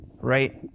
right